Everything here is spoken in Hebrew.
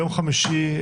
ביום חמישי,